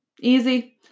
easy